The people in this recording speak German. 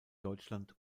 deutschland